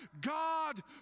God